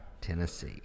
Tennessee